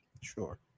sure